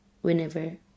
whenever